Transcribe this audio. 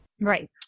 Right